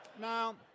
now